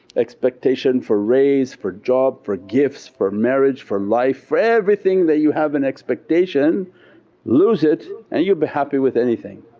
expectation for raise for job for gifts for marriage for life for everything that you have an expectation lose it and you'll be happy with anything.